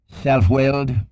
self-willed